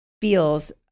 feels